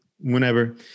whenever